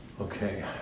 Okay